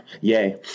Yay